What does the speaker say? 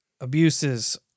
abuses